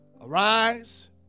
arise